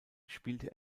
spielte